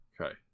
Okay